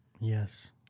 Yes